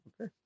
okay